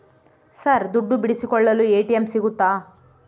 Sir ದುಡ್ಡು ಬಿಡಿಸಿಕೊಳ್ಳಲು ATM ಸಿಗುತ್ತಾ?